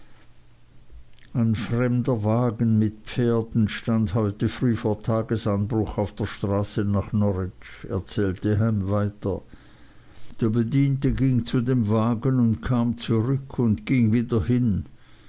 ein fremder wagen mit pferden stand heut früh vor tagesanbruch auf der straße nach norwich erzählte ham weiter der bediente ging zu dem wagen und kam zurück und ging wieder hin